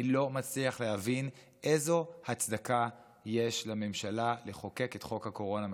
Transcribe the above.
אני לא מצליח להבין איזו הצדקה יש לממשלה לחוקק את חוק הקורונה מחדש.